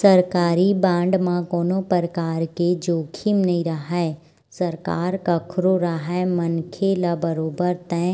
सरकारी बांड म कोनो परकार के जोखिम नइ राहय सरकार कखरो राहय मनखे ल बरोबर तय